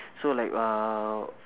so like uh